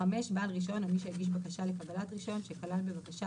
בעל רישיון או מי שהגיש בקשה לקבלת רישיון שכלל בבקשה,